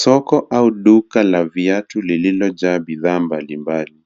Soko au duka la viatu lililojaa bidhaa mbalimbali.